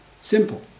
Simple